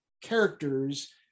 characters